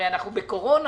הרי אנחנו בקורונה,